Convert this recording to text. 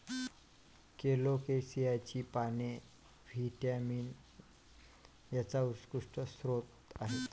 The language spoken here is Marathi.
कोलोकेसियाची पाने व्हिटॅमिन एचा उत्कृष्ट स्रोत आहेत